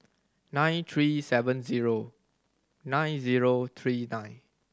nine three seven zero nine zero three nine